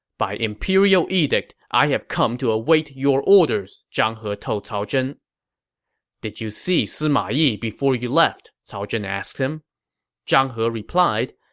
by imperial edict, i have come to await your orders, zhang he told cao zhen did you see sima yi before you left? cao zhen asked zhang he replied,